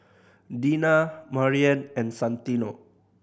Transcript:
Dina Maryanne and Santino